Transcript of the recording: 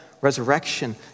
resurrection